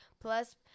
plus